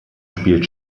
spielt